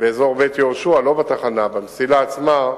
באזור בית-יהושע, לא בתחנה, על המסילה עצמה,